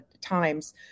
times